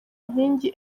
nkingi